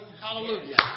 Hallelujah